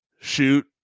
shoot